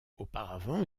auparavant